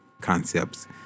concepts